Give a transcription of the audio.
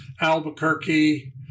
Albuquerque